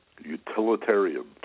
utilitarian